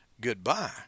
goodbye